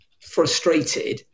frustrated